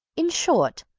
in short,